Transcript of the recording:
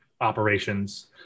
operations